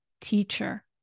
teacher